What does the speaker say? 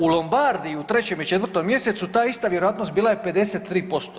U Lombardiji u 3. i 4. mjesecu ta ista vjerojatnost bila je 53%